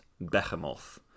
behemoth